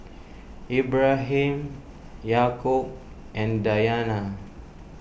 Ibrahim Yaakob and Dayana